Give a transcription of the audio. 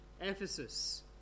Ephesus